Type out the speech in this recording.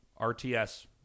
RTS